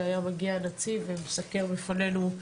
שהיה מגיע הנציב ומסכם לפנינו.